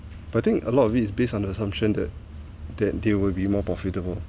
but I think lot of it is based on the assumption that that they will be more profitable